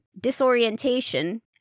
disorientation